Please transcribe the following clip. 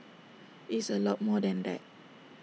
IT is A lot more than that